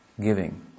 giving